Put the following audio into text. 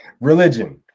Religion